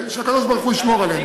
שהקדוש-ברוך-הוא ישמור עליהם.